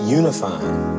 unifying